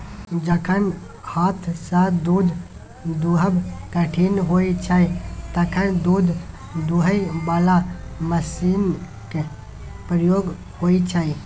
जखन हाथसँ दुध दुहब कठिन होइ छै तखन दुध दुहय बला मशीनक प्रयोग होइ छै